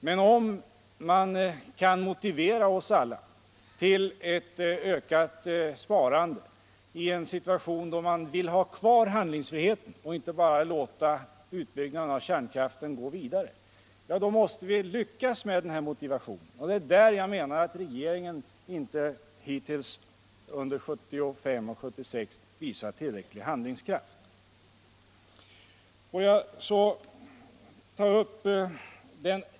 Men om man kan motivera oss alla till ett ökat sparande i en situation där man vill ha kvar handlingsfriheten och inte bara låta utbyggnaden av kärnkraften gå vidare, då måste vi lyckas med denna motivation. Det är i det avseendet som jag menar att regeringen inte hittills under 1975 och 1976 har visat tillräcklig handlingskraft.